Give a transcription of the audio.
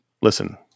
listen